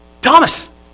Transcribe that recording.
Thomas